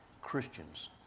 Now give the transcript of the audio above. Christians